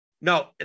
no